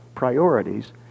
Priorities